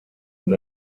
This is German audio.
und